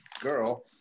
girl